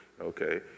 okay